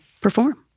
perform